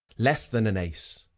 less than an ace,